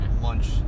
lunch